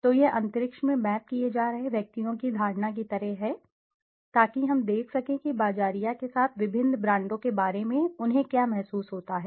तो यह अंतरिक्ष में मैप किए जा रहे व्यक्तियों की धारणा की तरह है ताकि हम देख सकें कि बाज़ारिया के साथ विभिन्न ब्रांडों के बारे में उन्हें क्या महसूस होता है